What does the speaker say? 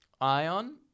ion